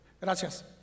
Gracias